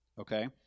okay